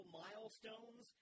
milestones